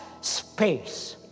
space